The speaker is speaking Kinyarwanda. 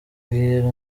mbwira